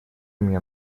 меня